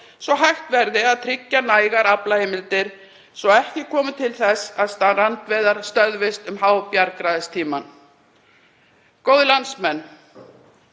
svo hægt verði að tryggja nægar aflaheimildir þannig að ekki komi til þess að strandveiðar stöðvist um hábjargræðistímann. Góðir landsmenn.